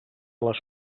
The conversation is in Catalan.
les